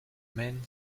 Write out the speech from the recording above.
men